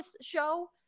show